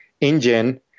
engine